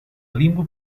limbu